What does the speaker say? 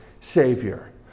Savior